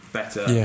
better